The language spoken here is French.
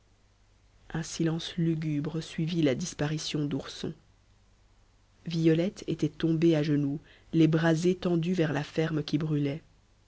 un silence lugubre suivit la disparition d'ourson violette était tombée à genoux les bras étendus vers la ferme qui brûlait